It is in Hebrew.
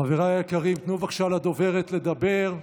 חבריי היקרים, תנו בבקשה לדוברת לדבר.